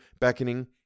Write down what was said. beckoning